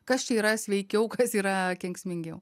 kas čia yra sveikiau kas yra kenksmingiau